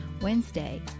Wednesday